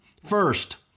First